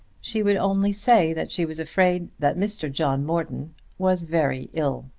she would only say that she was afraid that mr. john morton was very ill.